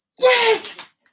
Yes